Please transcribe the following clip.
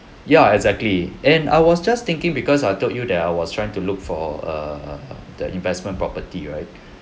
ya exactly and I was just thinking because I told you that I was trying to look for err the investment property right